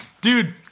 dude